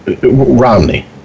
Romney